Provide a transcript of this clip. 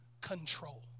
Control